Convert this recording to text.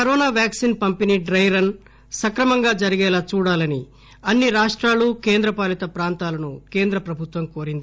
corona vaccines పంపిణీ సక్రమంగా జరిగేలా చూడాలని అన్ని రాష్టాలు కేంద్ర పాలిత ప్రాంతాలను కేంద్ర ప్రభుత్వం కోరింది